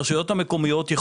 הרשויות המקומיות,